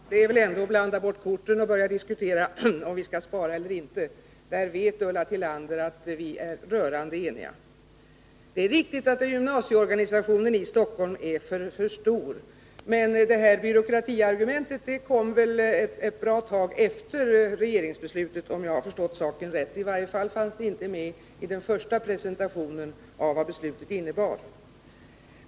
Herr talman! Det är väl ändå att blanda bort korten — att börja diskutera om vi skall spara eller inte. Där vet Ulla Tillander att vi är rörande eniga. Det är riktigt att gymnasieorganisationen i Stockholm är för stor, men byråkratiargumentet kom väl till ett bra tag efter regeringsbeslutet, om jag har förstått saken rätt — i varje fall fanns det inte med i den första presentationen av vad beslutet innebar.